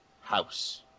House